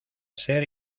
ser